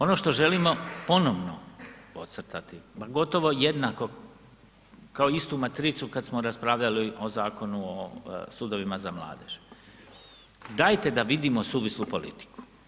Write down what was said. Ono što želimo ponovno podcrtati, pa gotovo jednako kao istu matricu kada smo raspravljali o Zakonu o sudovima za mladež, dajte da vidimo suvislu politiku.